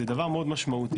זה דבר מאוד משמעותי.